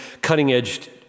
cutting-edge